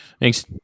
Thanks